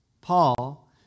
Paul